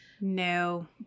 No